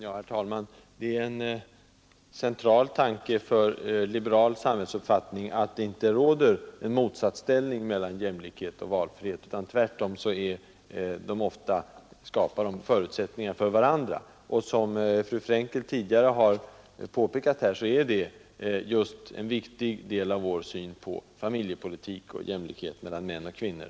Herr talman! Det är en central tanke i den liberala samhällsuppfattningen, att det inte råder något motsatsförhållande mellan jämlixhet och valfrihet utan att de båda sakerna tvärtom skapar förutsättningen för varandra. Som fru Frenkel tidigare påpekade är det en viktig del av vår syn på familjepolitiken och jämlikheten mellan män och kvinnor.